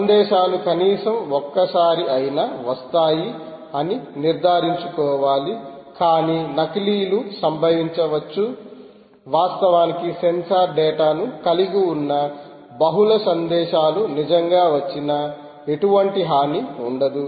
సందేశాలు కనీసం ఒక్కసారి అయినా వస్తాయి అని నిర్ధారించుకోవాలి కానీ నకిలీలు సంభవించవచ్చు వాస్తవానికి సెన్సార్ డేటా ను కలిగి ఉన్న బహుళ సందేశాలు నిజంగా వచ్చినా ఎటువంటి హాని ఉండదు